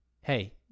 hey